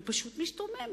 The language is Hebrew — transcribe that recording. שאני פשוט משתוממת: